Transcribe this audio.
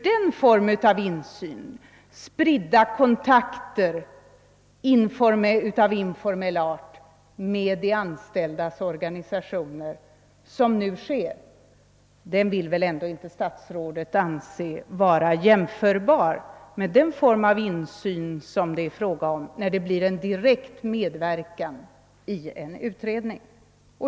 Den form av insyn man får genom spridda kontakter av informell art med de anställdas organisationer anser väl statsrådet ändå inte vara jämförbar med den insyn man får vid direkt medverkan i en utredning.